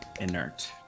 inert